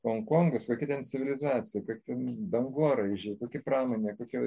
honkongo kokia ten civilizacija kokie dangoraižiai kokia pramonė kokia